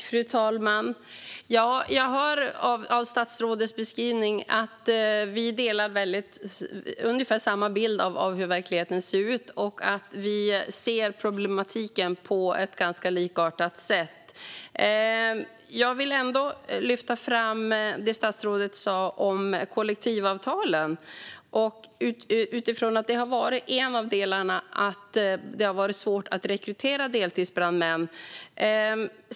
Fru talman! Jag hör av statsrådets beskrivning att vi delar ungefär samma bild av hur verkligheten ser ut. Vi ser problematiken på ett ganska likartat sätt. Jag vill ända lyfta fram det statsrådet sa om kollektivavtalen. Det har varit en av delarna av att det har varit svårt att rekrytera deltidsbrandmän.